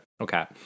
okay